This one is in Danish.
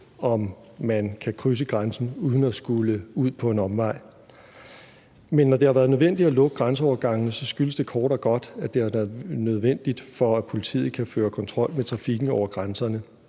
om man kan krydse grænsen uden at skulle ud på en omvej. Men når man har lukket grænseovergangene, skyldes det kort og godt, at det har været nødvendigt for, at politiet kan føre kontrol med trafikken over grænserne.